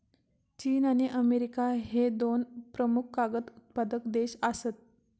चीन आणि अमेरिका ह्ये दोन प्रमुख कागद उत्पादक देश आसत